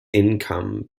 income